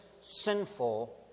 sinful